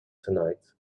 tonight